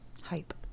hype